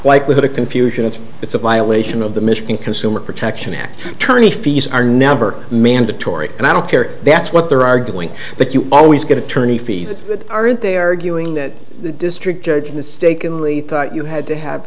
likelihood of confusion it's it's a violation of the michigan consumer protection act tourney fees are never mandatory and i don't care that's what they're arguing but you always get attorney fees aren't they arguing that the district judge mistakenly thought you had to have